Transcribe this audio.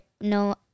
no